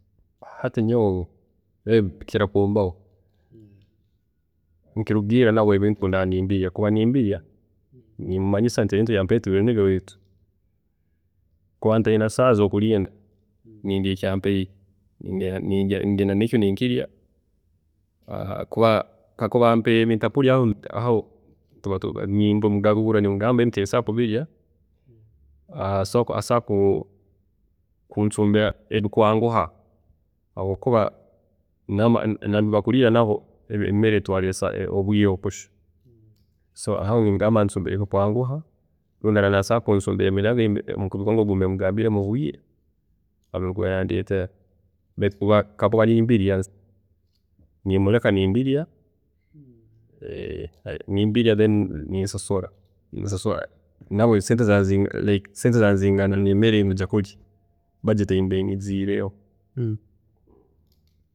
﻿Hati nyowe ebi bikira kumbaho, nikirugiirra nabwo ebintu obu ndaaba nimbirya, kuba nimbirya, nimumanyisa nti ebintu tibiri nibyo beitu. Kuba ntaine esaaha zokulinda, nindya eki ampaire, ningenda neekyo ninkirya, kakuba ampa ebintakurya, aho nimbimugarurra nimugamba nti ebi tinsobola kubirya asobola kuncumbira ebikwanguha habwokuba nakurinya nabo emere etwaara obwiire kushya, so aho nimugamba ancumbire ebikwanguha rundi obu’araaba nasobola kuncumbira ebimugambiire mubwiire nandeetera beitu kakuba nimbirya, nimureka nimbirya, nimbirya then ninsasula nabwe sente zoona nizingana, nizingana nemere eyinkuba ninjya kurya.